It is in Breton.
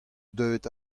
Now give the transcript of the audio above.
deuet